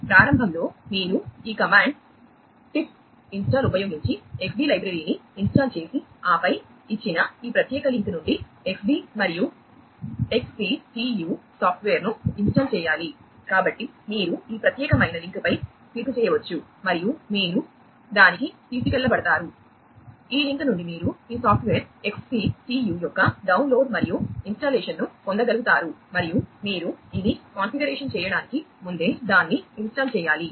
ప్రారంభంలో మీరు ఈ కమాండ్ పిప్ చేయడానికి ముందే దాన్ని ఇన్స్టాల్ చేయాలి